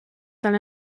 son